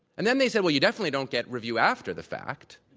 and then they said, well, you definitely don't get review after the fact,